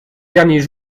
derniers